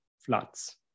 Floods